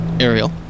Ariel